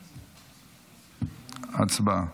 הצבעה.